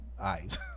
eyes